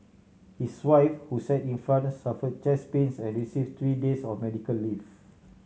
his wife who sat in front suffer chest pains and receive three days of medical leave